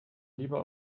lieber